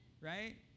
right